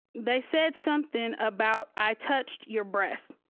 they said something about i touched your breast.